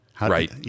Right